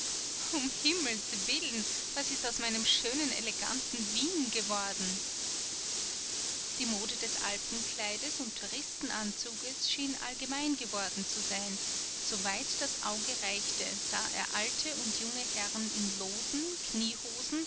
um himmels willen was ist aus meinem schönen eleganten wien geworden die mode des alpenkleides und touristenanzuges schien allgemein geworden zu sein so weit das auge reichte sah er alte und junge herren in loden kniehosen